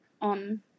On